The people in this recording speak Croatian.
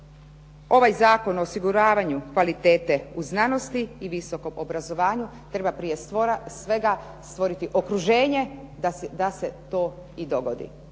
ovaj zakon o osiguravanju kvalitete u znanosti i visokom obrazovanju, treba prije svega stvoriti okruženje da se to i dogodi.